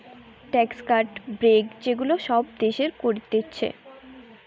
tax cut, break যে গুলা সব দেশের করতিছে